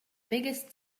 biggest